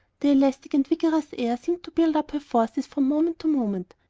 the elastic and vigorous air seemed to build up her forces from moment to moment,